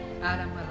Adam